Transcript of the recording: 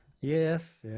yes